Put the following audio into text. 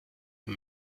die